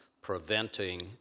preventing